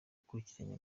yakurikiranye